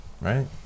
right